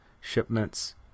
shipments